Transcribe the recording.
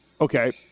okay